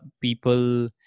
people